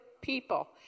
people